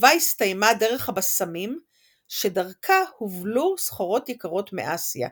ובה הסתיימה דרך הבשמים שדרכה הובלו סחורות יקרות מאסיה.